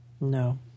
No